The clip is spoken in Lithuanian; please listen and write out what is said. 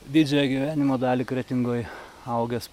didžiąją gyvenimo dalį kretingoj augęs